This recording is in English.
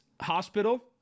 hospital